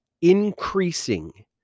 increasing